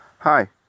Hi